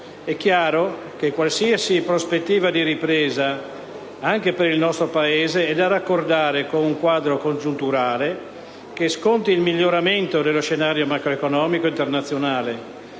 È chiaro che qualsiasi prospettiva di ripresa, anche per il nostro Paese, è da raccordare con un quadro congiunturale che sconti il miglioramento dello scenario macroeconomico internazionale